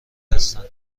هستند